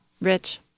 Rich